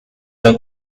than